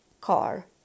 car